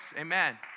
Amen